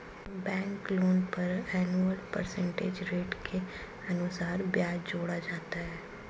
bank loan पर annual percentage rate के अनुसार ब्याज जोड़ा जाता है